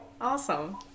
Awesome